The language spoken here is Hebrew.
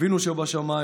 "אבינו שבשמיים,